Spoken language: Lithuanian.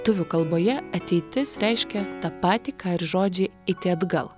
tuvių kalboje ateitis reiškia tą patį ką ir žodžiai eiti atgal